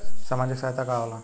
सामाजिक सहायता का होला?